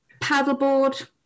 paddleboard